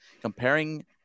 comparing